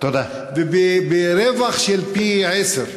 וברווח של פי-עשרה.